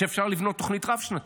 שאפשר לבנות תוכנית רב-שנתית,